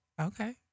Okay